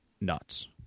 nuts